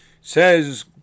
says